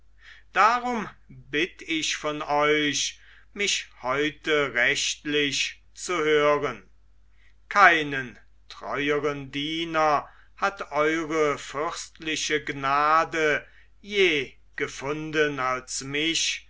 darum bitt ich von euch mich heute rechtlich zu hören keinen treueren diener hat eure fürstliche gnade je gefunden als mich